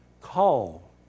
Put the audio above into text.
call